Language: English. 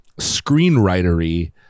screenwritery